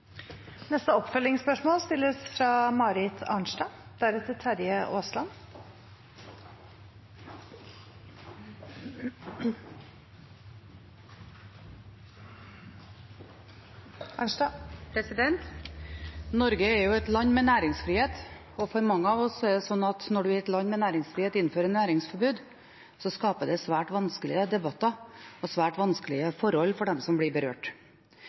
Marit Arnstad – til oppfølgingsspørsmål. Norge er et land med næringsfrihet, og for mange av oss er det slik at når man i et land med næringsfrihet innfører næringsforbud, skaper det svært vanskelige debatter og svært vanskelige forhold for dem som blir berørt.